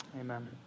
Amen